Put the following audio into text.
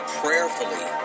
prayerfully